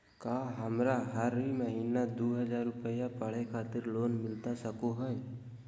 का हमरा हरी महीना दू हज़ार रुपया पढ़े खातिर लोन मिलता सको है?